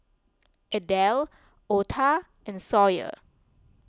Adel Ota and Sawyer